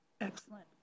Excellent